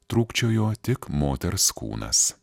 trūkčiojo tik moters kūnas